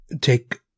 take